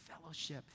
fellowship